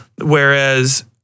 Whereas